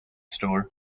store